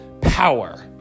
power